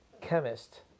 chemist